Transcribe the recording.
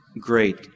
great